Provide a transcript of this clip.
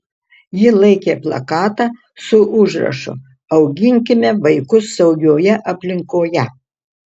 ji laikė plakatą su užrašu auginkime vaikus saugioje aplinkoje